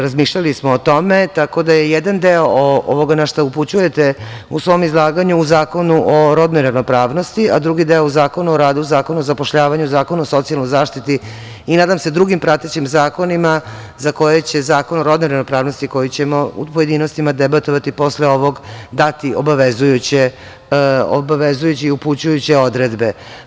Razmišljali smo o tome, tako da jedan deo ovoga na šta upućujete u svom izlaganju u Zakonu o rodnoj ravnopravnosti, a drugi deo u Zakonu o radu, Zakonu o zapošljavanju, Zakon o socijalnoj zaštiti i nadam se drugim pratećim zakonima za koje će Zakon o rodnoj ravnopravnosti koji ćemo u pojedinostima debatovati posle ovog, dati obavezujuće i upućujuće odredbe.